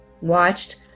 watched